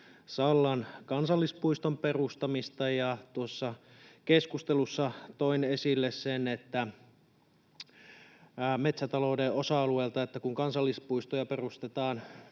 Sallan kansallispuiston perustamista, ja tuossa keskustelussa toin esille metsätalouden osa-alueelta sen, että kun kansallispuistoja perustetaan